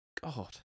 God